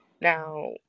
now